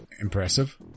impressive